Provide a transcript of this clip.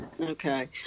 Okay